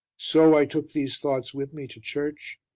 so i took these thoughts with me to church,